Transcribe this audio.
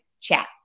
chat